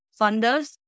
funders